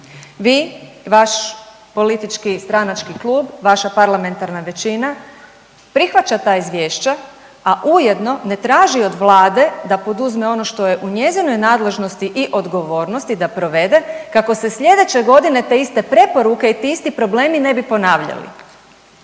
Vi, vaš politički i stranački klub, vaša parlamentarna većina prihvaća ta izvješća, a ujedno ne traži od Vlade da poduzme ono što je u njezinoj nadležnosti i odgovornosti da provede kako se sljedeće godine te iste preporuke i ti isti problemi ne bi ponavljali.